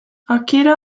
akira